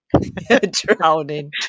Drowning